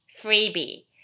freebie